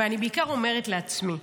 ואני בעיקר אומרת לעצמי: